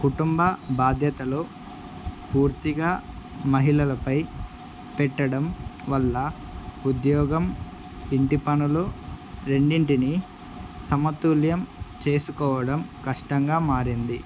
కుటుంబ బాధ్యతలు పూర్తిగా మహిళలపై పెట్టడం వల్ల ఉద్యోగం ఇంటి పనులు రెండింటిని సమతుల్యం చేసుకోవడం కష్టంగా మారింది